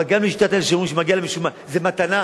אבל גם להשתדל, כשאומרים שמגיע להם, זה מתנה,